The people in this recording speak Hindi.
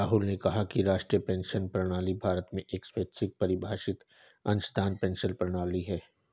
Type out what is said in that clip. राहुल ने कहा कि राष्ट्रीय पेंशन प्रणाली भारत में एक स्वैच्छिक परिभाषित अंशदान पेंशन प्रणाली है